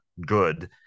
good